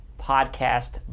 podcast